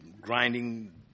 grinding